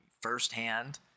firsthand